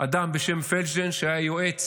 אדם בשם פלדשטיין, שהיה יועץ